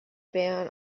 ban